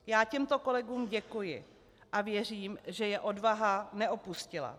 Já těmto kolegům děkuji a věřím, že je odvaha neopustila.